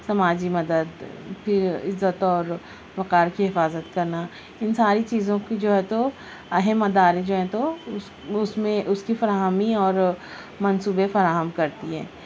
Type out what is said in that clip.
سماجی مدد پھر عزت اور وقار کی حفاظت کرنا ان ساری چیزوں کی جو ہے تو اہم مدارج ہیں تو اس اس میں اس کی فراہمی اور منصوبے فراہم کرتی ہے